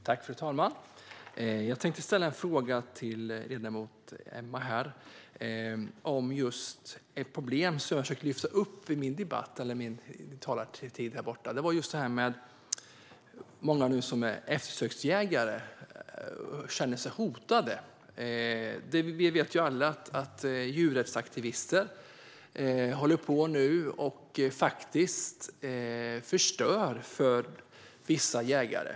Fru talman! Jag tänkte ställa en fråga till ledamoten Emma Nohrén om ett problem som jag försökte lyfta upp under mitt anförande. Det är många som är eftersöksjägare som känner sig hotade. Vi vet alla att djurrättsaktivister nu håller på och förstör för vissa jägare.